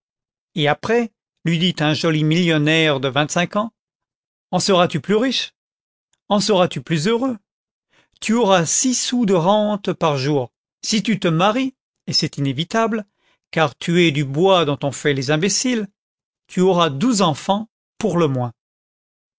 et après lui dit un joli millionnaire de vingt-cinq ans en seras-tu plus riche en seras-tu plus heureux tu auras six sous de rente par jour si tu te maries et c'est inévitable car tu es du bois dont on fait les imbéciles tu auras douze enfants pour le moins